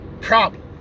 Problem